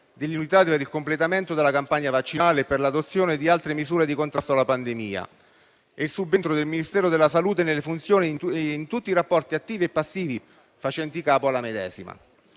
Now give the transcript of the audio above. delle unità per il completamento della campagna vaccinale e per l'adozione di altre misure di contrasto alla pandemia e il subentro del Ministero della salute nelle funzioni e in tutti i rapporti attivi e passivi facenti capo alla medesima.